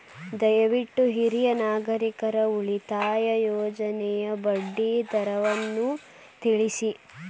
ದಯವಿಟ್ಟು ಹಿರಿಯ ನಾಗರಿಕರ ಉಳಿತಾಯ ಯೋಜನೆಯ ಬಡ್ಡಿ ದರವನ್ನು ತಿಳಿಸಿ